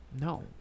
no